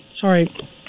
sorry